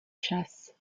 chassent